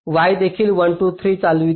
Y देखील 1 2 आणि 3 चालविते